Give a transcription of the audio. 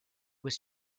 was